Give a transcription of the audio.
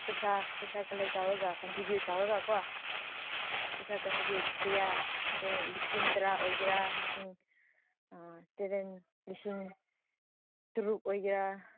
ꯄꯩꯁꯥ ꯄꯩꯁꯥ ꯀꯂꯦꯛ ꯇꯧꯔꯒ ꯀꯟꯇ꯭ꯔꯤꯕ꯭꯭ꯌꯨꯠ ꯇꯧꯔꯒ ꯀꯣ ꯄꯩꯁꯥ ꯀꯟꯇ꯭ꯔꯤꯕ꯭ꯨꯌꯠ ꯀꯌꯥ ꯀꯩ ꯂꯤꯁꯤꯡ ꯇꯔꯥ ꯑꯣꯏꯒꯦꯔꯥ ꯂꯤꯁꯤꯡ ꯂꯤꯁꯤꯡ ꯇꯔꯨꯛ ꯑꯣꯏꯒꯦꯔꯥ